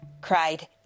cried